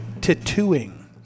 Tattooing